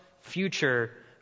future